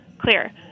clear